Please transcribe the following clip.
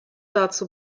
dazu